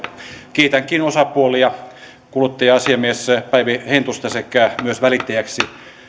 kiitänkin osapuolia kuluttaja asiamies päivi hentusta sekä myös välittäjäksi